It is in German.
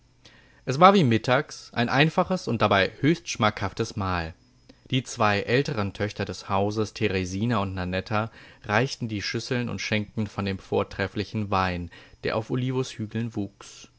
es war wie mittags ein einfaches und dabei höchst schmackhaftes mahl die zwei älteren töchter des hauses teresina und nanetta reichten die schlüsseln und schenkten von dem trefflichen wein der auf olivos hügeln wuchs